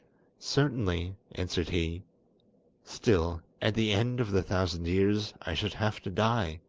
certainly, answered he still, at the end of the thousand years i should have to die!